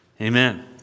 amen